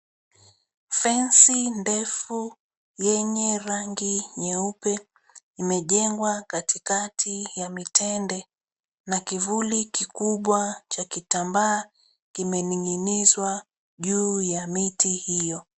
Fensi ndefu yenye rangi nyeupe imejengwa katikati ya mitende na kivuli kikubwa cha kitambaa kimening'inizwa juu ya miti hiyo.